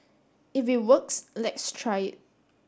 if it works let's try it